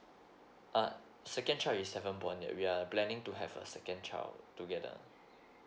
uh second child is haven't born yet we are planning to have a second child together